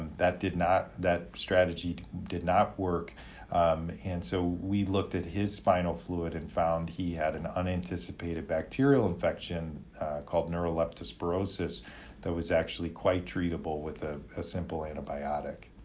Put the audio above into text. that did not, that strategy did not work and so, we looked at his spinal fluid and found he had an unanticipated bacterial infection called neuroleptospirosis that was actually quite treatable with a ah simple antibiotic.